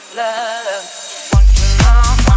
love